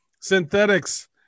Synthetics